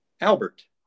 Albert